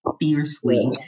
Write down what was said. fiercely